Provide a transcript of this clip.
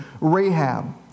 Rahab